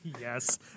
yes